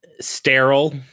sterile